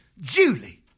Julie